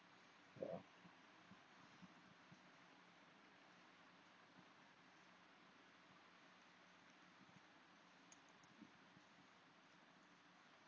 ya